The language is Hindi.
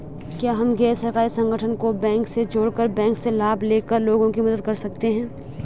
क्या हम गैर सरकारी संगठन को बैंक से जोड़ कर बैंक से लाभ ले कर लोगों की मदद कर सकते हैं?